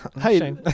hey